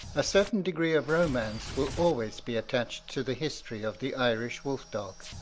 a certain degree of romance will always be attached to the history of the irish wolf-dog,